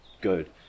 good